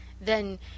Then